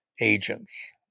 agents